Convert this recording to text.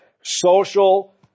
social